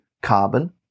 carbon